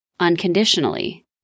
unconditionally